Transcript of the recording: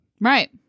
Right